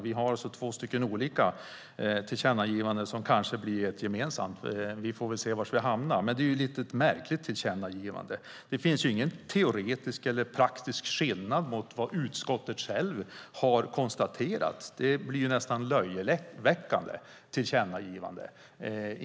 Vi har alltså två olika tillkännagivanden som kanske blir ett gemensamt - vi får väl se var vi hamnar. Det är ett lite märkligt tillkännagivande. Det finns ingen teoretisk eller praktisk skillnad mot vad utskottet har konstaterat. Det blir ett nästan löjeväckande tillkännagivande.